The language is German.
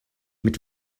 mit